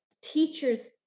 teachers